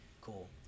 Cool